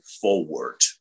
forward